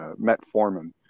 metformin